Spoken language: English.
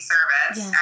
service